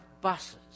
buses